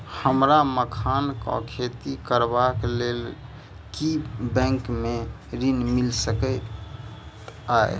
हमरा मखान केँ खेती करबाक केँ लेल की बैंक मै ऋण मिल सकैत अई?